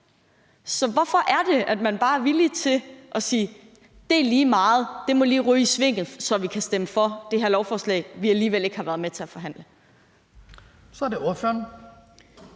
Så hvorfor er det, at man bare er villige til at sige: Det er lige meget – det må lige ryge af i svinget, så vi kan stemme for det her lovforslag, vi alligevel ikke har været med til at forhandle? Kl. 16:23 Den